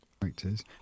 characters